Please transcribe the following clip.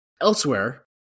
Elsewhere